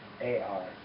A-R